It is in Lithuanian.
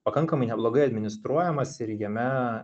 pakankamai neblogai administruojamas ir jame